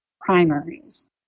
primaries